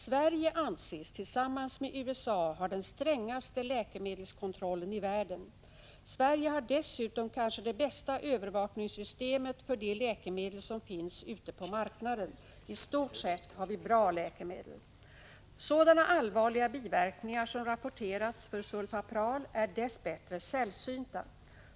Sverige anses tillsammans med USA ha den strängaste läkemedelskontrollen i världen. Sverige har dessutom kanske det bästa övervakningssystemet för de läkemedel som finns ute på marknaden. I stort sett har vi bra läkemedel. Sådana allvarliga biverkningar som rapporterats för Sulfapral är dess bättre sällsynta.